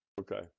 Okay